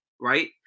right